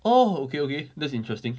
oh okay okay that's interesting